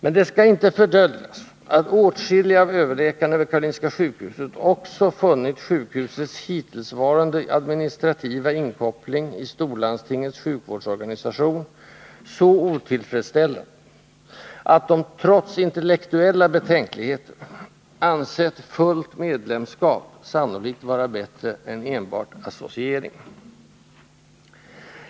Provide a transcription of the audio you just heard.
Men det skall inte fördöljas att åtskilliga av överläkarna vid Karolinska sjukhuset också funnit sjukhusets hittillsvarande administrativa inkoppling i storlandstingets sjukvårdsorganisation så otillfredsställande att de — trots intellektuella betänkligheter — ansett ”fullt medlemskap” sannolikt vara bättre än enbart ”associering”.